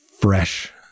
fresh